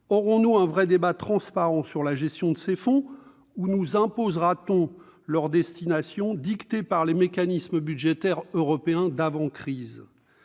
Aurons-nous un vrai débat, transparent, sur la gestion de ces fonds ou nous imposera-t-on une répartition dictée par les mécanismes budgétaires européens d'avant-crise ?